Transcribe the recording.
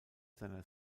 seiner